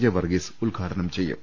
J Varghese ഉദ്ഘാടനം ചെയ്യും